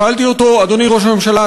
שאלתי אותו: אדוני ראש הממשלה,